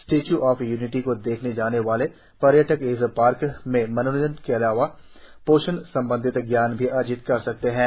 statue of Unity को देखने जाने वाले पर्यटक इस पार्क में मनोरंजन के अलावा पोषण संबंधी ज्ञान भी अर्जित कर सकेंगे